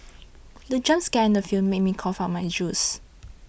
the jump scare in the film made me cough out my juice